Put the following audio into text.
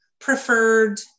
preferred